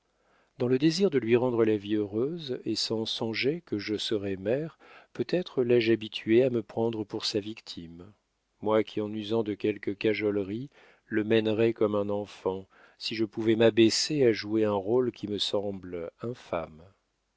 dans le désir de lui rendre la vie heureuse et sans songer que je serais mère peut-être l'ai-je habitué à me prendre pour sa victime moi qui en usant de quelques cajoleries le mènerais comme un enfant si je pouvais m'abaisser à jouer un rôle qui me semble